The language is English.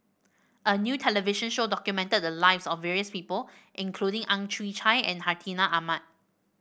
a new television show documented the lives of various people including Ang Chwee Chai and Hartinah Ahmad